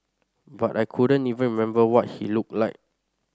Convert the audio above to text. but I couldn't even remember what he looked like